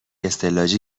استعلاجی